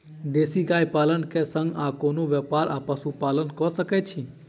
देसी गाय पालन केँ संगे आ कोनों व्यापार वा पशुपालन कऽ सकैत छी?